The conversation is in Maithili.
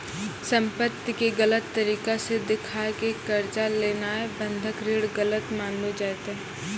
संपत्ति के गलत तरिका से देखाय के कर्जा लेनाय बंधक ऋण गलत मानलो जैतै